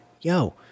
yo